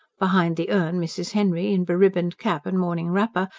behind the urn mrs henry, in be-ribboned cap and morning wrapper,